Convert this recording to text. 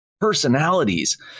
personalities